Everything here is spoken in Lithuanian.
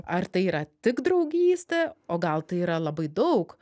ar tai yra tik draugystė o gal tai yra labai daug